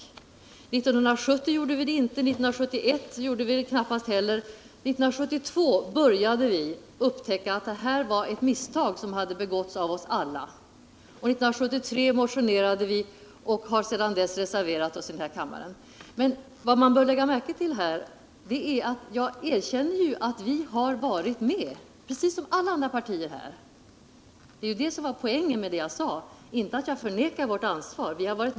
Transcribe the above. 1970 gjorde vi det inte och 1971 gjorde vi det knappast heller. 1972 började vi upptäcka att det var ett misstag som begåtts av oss alla. 1973 motionerade vi och har sedan dess reserverat oss i den här kammaren mot kärnkraftsutbyggnad. Men vad man bör lägga märke till är att jag erkänner att vi, precis som alla andra partier, tidigare varit med om besluten. Det är poängen i vad jag sade. Jag förnekar inte vårt ansvar.